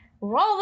Roll